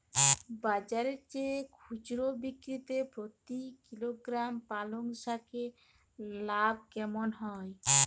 বাজারের চেয়ে খুচরো বিক্রিতে প্রতি কিলোগ্রাম পালং শাকে লাভ কেমন হয়?